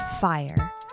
fire